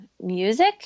music